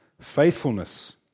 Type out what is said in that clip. faithfulness